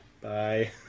Bye